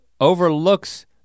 overlooks